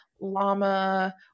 llama